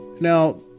Now